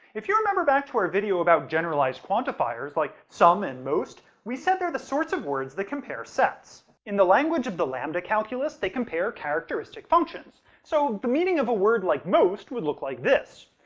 if you remember back to our video about generalized quantifiers, like some and most, we said they're the sorts of words that compare sets. in the language of the lambda calculus, they compare characteristic functions. so, the meaning of a word like most would look like this.